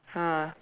ah